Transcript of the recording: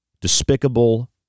despicable